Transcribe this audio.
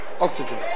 Oxygen